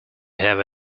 have